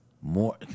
more